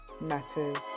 matters